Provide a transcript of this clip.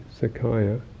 Sakaya